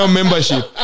membership